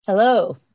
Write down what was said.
Hello